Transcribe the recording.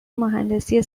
مهندسی